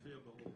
אלפיה ברוך.